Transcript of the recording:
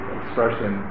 expression